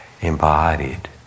embodied